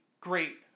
great